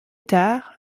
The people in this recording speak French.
tard